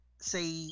say